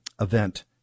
event